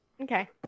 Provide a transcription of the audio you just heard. Okay